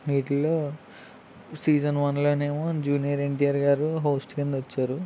వీటిల్లో సీజన్ వన్లోనేమో జూనియర్ ఎన్టీఆర్ గారు హోస్ట్ కింద వచ్చారు